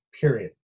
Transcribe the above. period